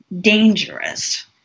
dangerous